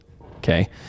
Okay